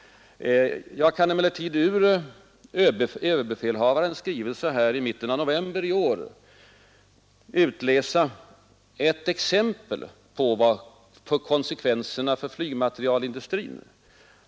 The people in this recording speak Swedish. Jag kan emellertid redan nu ur överbefälhavarens skrivelse från mitten av november i år återge ”ett exempel” på konsekvenserna för flygmaterielindustrin.